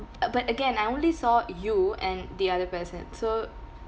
uh but again I only saw you and the other person so